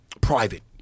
private